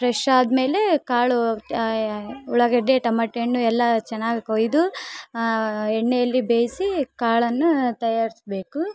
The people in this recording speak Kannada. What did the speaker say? ಫ್ರೆಶ್ ಆದ್ಮೇಲೆ ಕಾಳು ಉಳ್ಳಾಗಡ್ಡೆ ಟಮಟೆಹಣ್ಣು ಎಲ್ಲ ಚೆನ್ನಾಗ್ ಕೊಯ್ದು ಎಣ್ಣೆಯಲ್ಲಿ ಬೇಯಿಸಿ ಕಾಳನ್ನು ತಯಾರಿಸ್ಬೇಕು